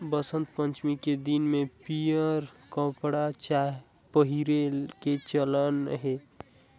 बसंत पंचमी के दिन में पीयंर कपड़ा पहिरे के चलन अहे